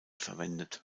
verwendet